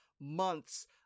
months